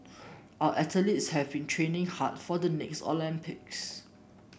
our athletes have been training hard for the next Olympics